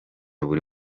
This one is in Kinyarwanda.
buri